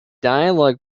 dialog